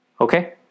Okay